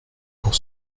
pour